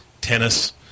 tennis